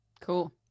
cool